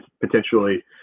potentially